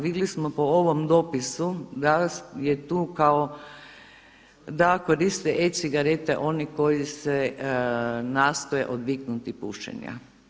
Vidjeli smo po ovom dopisu da je tu kao, da koriste e-cigarete oni koji se nastoje odviknuti pušenja.